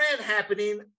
happening